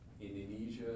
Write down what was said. Indonesia